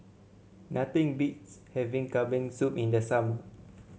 nothing beats having Kambing Soup in the summer